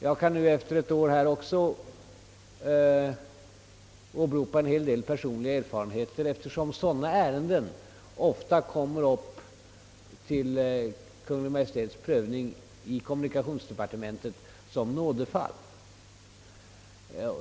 Jag kan också efter ett år som departementschef åberopa en hel del personliga erfarenheter, eftersom sådana här ärenden ofta som nådefall kommer under Kungl. Maj:ts prövning i kommunikationsdepartementet.